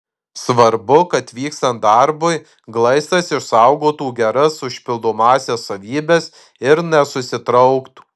svarbu kad vykstant darbui glaistas išsaugotų geras užpildomąsias savybes ir nesusitrauktų